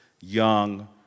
young